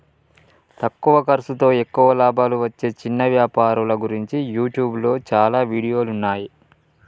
తక్కువ ఖర్సుతో ఎక్కువ లాభాలు వచ్చే చిన్న వ్యాపారాల గురించి యూట్యూబ్లో చాలా వీడియోలున్నయ్యి